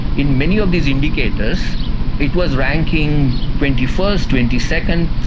in many of these indicators it was ranking twenty first, twenty second,